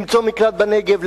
למצוא מקלט בנגב,